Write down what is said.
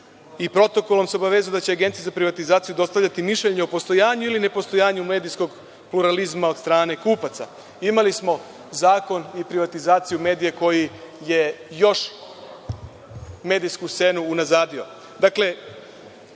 i protokolom se obavezuje da će Agencija za privatizaciju dostavljati mišljenje o postojanju ili ne postojanju medijskog pluralizma od strane kupaca. Imali smo zakon i privatizaciju medija koji je još medijsku scenu unazadio.